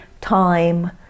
time